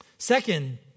Second